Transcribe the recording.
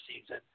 season